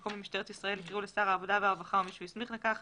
במקום "למשטרת ישראל" יקראו "לשר העבודה והרווחה או מי שהוא הסמיך לכך".